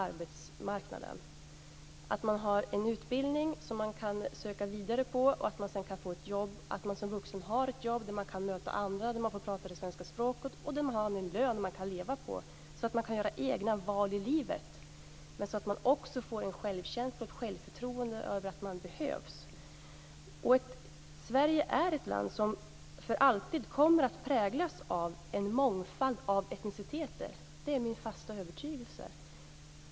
Det är att människor har en utbildning som de kan söka vidare på och att de sedan kan få jobb, att vuxna har jobb där de kan möta andra och få prata det svenska språket och där de får en lön att leva på så att de kan göra egna val i livet, men så att de också får en självkänsla och ett självförtroende i fråga om att de behövs. Sverige är ett land som för alltid kommer att präglas av en mångfald av etniciteter. Det är min fasta övertygelse.